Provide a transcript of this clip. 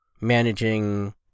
managing